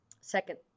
second